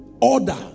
order